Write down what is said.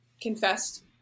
confessed